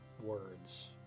words